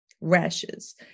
rashes